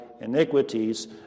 iniquities